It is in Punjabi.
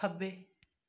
ਖੱਬੇ